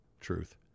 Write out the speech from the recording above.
Truth